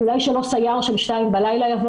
אולי שלא סייר של 02:00 בלילה יבוא